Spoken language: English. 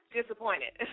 disappointed